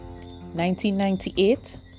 1998